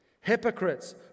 Hypocrites